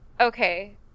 Okay